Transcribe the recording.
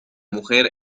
mujer